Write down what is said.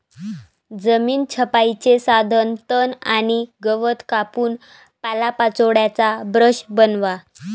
जमीन छपाईचे साधन तण आणि गवत कापून पालापाचोळ्याचा ब्रश बनवा